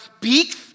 speaks